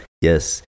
Yes